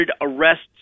arrests